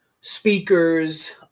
speakers